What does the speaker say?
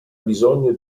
bisogno